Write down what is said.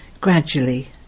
gradually